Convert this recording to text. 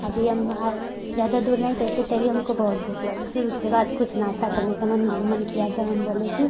अभी हम और ज़्यादा दूर नही पहुंचे तभी हमको बहुत भूख लगा फिर उसके बाद कुछ नास्ता करने का मन मन किया तो हम बोले कि